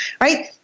right